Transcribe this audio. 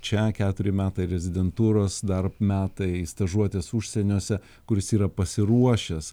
čia keturi metai rezidentūros dar metai stažuotės užsieniuose kuris yra pasiruošęs